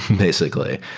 basically.